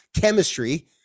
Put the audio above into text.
chemistry